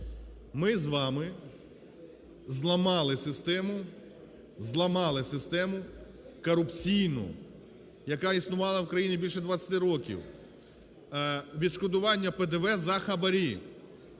систему, зламали систему корупційну, яка існувала в країні більше 20 років. Відшкодування ПДВ за хабарі.